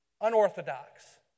unorthodox